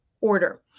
order